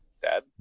Dad